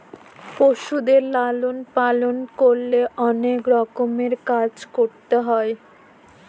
পশুদের লালন পালন করলে অনেক রকমের কাজ করতে হয়